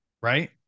right